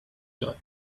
joy